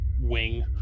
wing